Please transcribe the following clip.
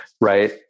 Right